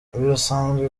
birasanzwe